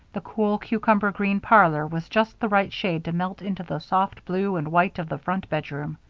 the cool, cucumber-green parlor was just the right shade to melt into the soft blue and white of the front bedroom.